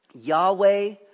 Yahweh